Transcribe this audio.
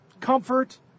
comfort